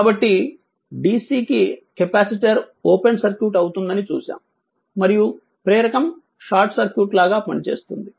కాబట్టి DC కి capacitor open circuit అవుతుందని చూసాం మరియు ప్రేరకం షార్ట్ సర్క్యూట్ లాగా పనిచేస్తుంది